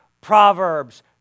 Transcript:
Proverbs